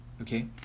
okay